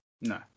No